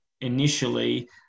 initially